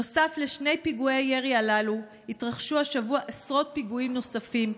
נוסף לשני פיגועי הירי הללו התרחשו השבוע עשרות פיגועים נוספים,